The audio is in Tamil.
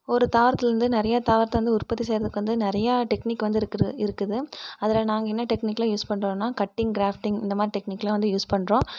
ஒரு தாவரத்திலேருந்து நிறையா தாவரத்தை வந்து உற்பத்தி செய்கிறதுக்கு வந்து நிறையா டெக்னிக் வந்திருக்கு இருக்குது அதில் நாங்கள் என்ன டெக்னிக்லாம் யூஸ் பண்றோம்னா கட்டிங் கிராஃப்டிங் இந்தமாதிரி டெக்னிக்லாம் வந்து யூஸ் பண்ணுறோம்